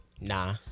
nah